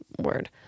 word